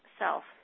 self